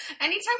anytime